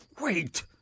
Wait